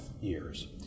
years